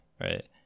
right